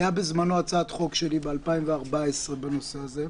הייתה בזמנו הצעת חוק שלי ב-2014 בנושא הזה,